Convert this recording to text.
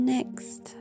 Next